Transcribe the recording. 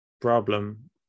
problem